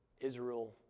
Israel